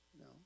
No